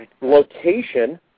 Location